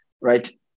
right